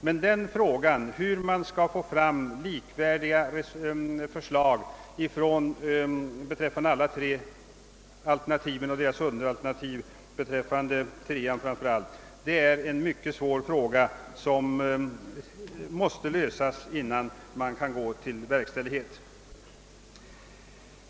Men bedömningen av hur man verkligen skall få fram tre likvärdiga förslag för vart och ett av de tre olika platsalternativen och dessas underalternativ — detta gäller speciellt förslaget nr 3 — är en mycket stor fråga, och det problemet måste lösas innan man kan besluta om inbjudning till en tävling.